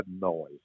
noise